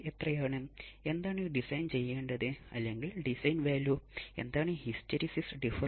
അതിനാൽ എനിക്ക് ഒരു ആർസി ഉണ്ടെങ്കിൽ 60 ഡിഗ്രിയാണ് ഫേസ് ഷിഫ്റ്റ്